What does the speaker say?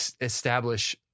establish